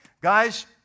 Guys